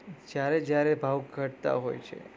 જ્યારે જ્યારે ભાવ ઘટતા હોય છે